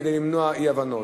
כדי למנוע אי-הבנות.